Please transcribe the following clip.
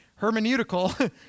hermeneutical